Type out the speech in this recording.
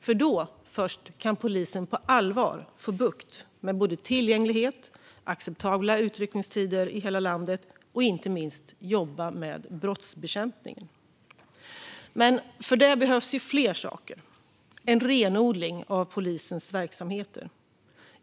Först då kan polisen på allvar få bukt med frågor om tillgänglighet, utryckningstider i hela landet och inte minst arbetet med brottsbekämpning. För detta behövs dock en renodling av polisens verksamhet.